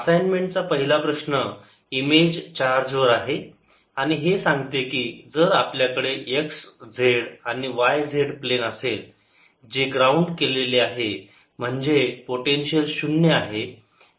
असाईनमेंटचा पहिला प्रश्न image charge वर आहे आणि हे सांगते की जर आपल्याकडे x z आणि y z प्लेन असेल जे ग्राउंड केलेले आहे म्हणजे पोटेन्शियल शून्य आहे